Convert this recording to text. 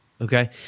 okay